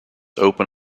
open